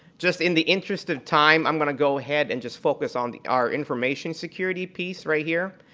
just in the interest of time, i'm going to go ahead and just focus on our information security piece, right here.